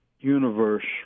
universe